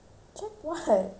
where you want me to check